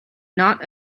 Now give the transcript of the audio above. not